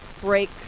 break